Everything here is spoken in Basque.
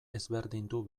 ezberdindu